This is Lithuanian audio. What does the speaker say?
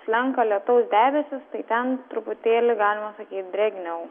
slenka lietaus debesys tai ten truputėlį galima sakyt drėgniau